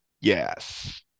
yes